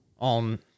on –